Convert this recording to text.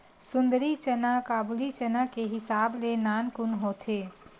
सुंदरी चना काबुली चना के हिसाब ले नानकुन होथे